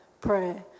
pray